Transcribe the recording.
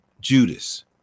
Judas